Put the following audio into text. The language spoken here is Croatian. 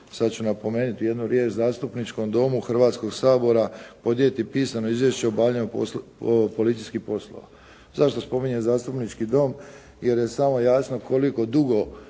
sada ću napomenuti riječ Zastupničkom domu Hrvatskoga sabora podnijeti pisano izvješće o obavljanju policijskih poslova. Zašto spominjem Zastupnički dom? Jer je samo jasno koliko dugo